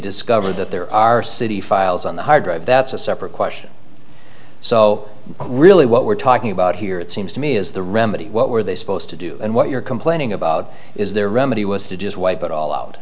discover that there are city files on the hard drive that's a separate question so really what we're talking about here it seems to me is the remedy what were they supposed to do and what you're complaining about is their remedy was to just wipe it all out